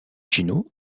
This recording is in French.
gino